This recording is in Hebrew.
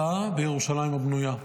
לשנה הבאה בירושלים הבנויה.